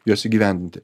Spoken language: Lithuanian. juos įgyvendinti